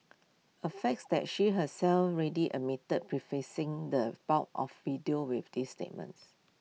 A fact that she herself readily admitted prefacing the bulk of video with this statements